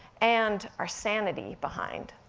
and our sanity behind.